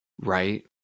right